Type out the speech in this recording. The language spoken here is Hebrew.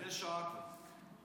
לפני שעה כבר.